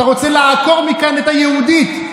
אתה רוצה לעקור מכאן את היהודים,